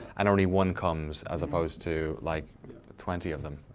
and only one comes, as opposed to like twenty of them.